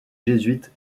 jésuites